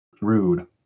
rude